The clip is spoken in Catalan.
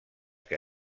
que